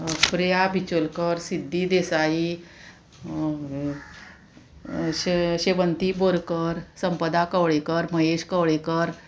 Preya Bicholkar Siddhi Desai Shevanti Borkar Sampada Kavalekar Mahesh Kavlekar